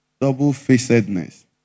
double-facedness